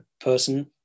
person